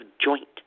joint